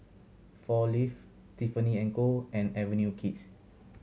Four Leaves Tiffany and Co and Avenue Kids